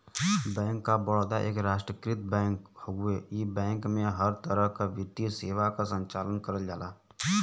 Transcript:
bank of Baroda एक राष्ट्रीयकृत bank हउवे इ बैंक में हर तरह क वित्तीय सेवा क संचालन करल जाला